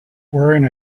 wearing